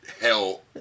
Hell